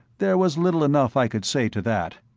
there was little enough i could say to that.